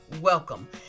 welcome